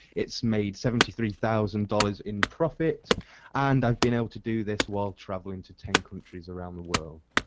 it's made seventy-three thousand dollars in profit and i've been able to do this while traveling to ten countries around the world.